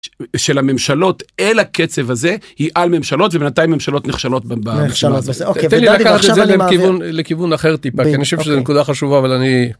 של הממשלות אל הקצב הזה היא על ממשלות ובינתיים ממשלות נחשלות במצב הזה. - אוקיי. - תן לי רק לכיוון אחר טיפה, כי אני חושב שזו נקודה חשובה אבל אני...